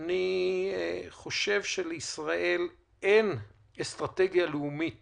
אני חושב שלישראל אין אסטרטגיה לאומית